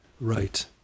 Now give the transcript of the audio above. right